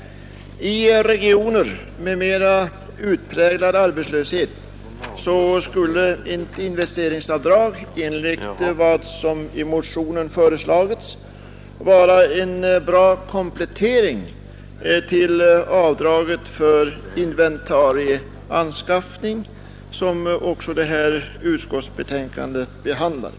I regioner med mera utpräglad arbetslöshet skulle ett sådant investeringsavdrag som föreslagits i motionen vara en bra komplettering till avdraget för inventarieanskaffning, som det här utskottsbetänkandet också behandlar.